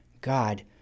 God